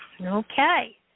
okay